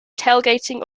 tailgating